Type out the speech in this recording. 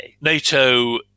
NATO